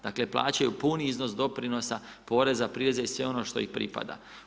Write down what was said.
Dakle, plaćaju puni iznos doprinosa, poreza, prireza i sve ono što im pripada.